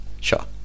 sure